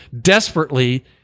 desperately